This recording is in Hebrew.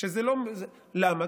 למה?